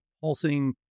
pulsing